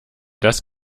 das